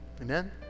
Amen